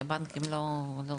כי הבנקים לא מאפשרים להם.